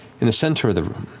in the center of the room,